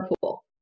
pool